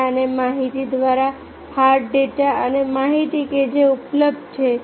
data અને માહિતી દ્વારા હાર્ડ ડેટા અને માહિતી કે જે ઉપલબ્ધ છે